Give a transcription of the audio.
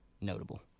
notable